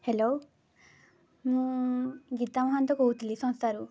hello ମୁଁ ଗୀତା ମହାନ୍ତ କହୁଥିଲି ସଂସ୍ଥାରୁ